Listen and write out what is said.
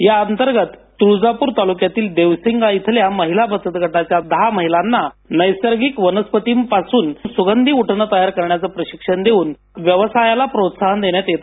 याअंतर्गत तुळजापूर तालुक्यातील देवसिंगा इथल्या महिला बचत गटाच्या दहा महिलांना नैसर्गिक वनस्पती वापरुन सुगंधी वनस्पती पासून सुगंधी उटणे तयार करण्याचे प्रशिक्षण देऊन व्यवसायाला प्रोत्साहन देण्यात आलं